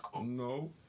No